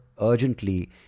urgently